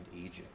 Egypt